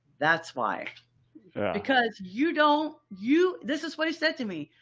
that's why because you don't you, this is what he said to me.